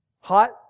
Hot